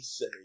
say